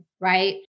right